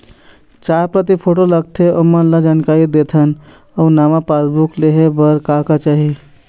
चार प्रति फोटो लगथे ओमन ला जानकारी देथन अऊ नावा पासबुक लेहे बार का का चाही?